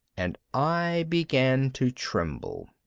and i began to tremble.